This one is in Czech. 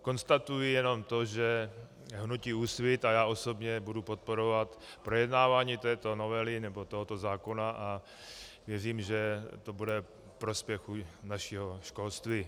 Konstatuji jenom to, že hnutí Úsvit a já osobně budeme podporovat projednávání této novely nebo tohoto zákona, a věřím, že to bude ku prospěchu našeho školství.